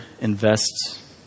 invests